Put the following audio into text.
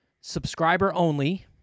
subscriber-only